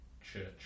church